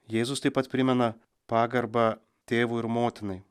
jėzus taip pat primena pagarbą tėvui ir motinai